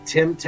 Tim